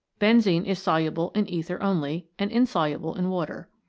benzene is soluble in ether only, and insoluble in water.